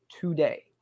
today